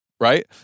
Right